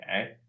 Okay